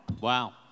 Wow